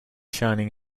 shining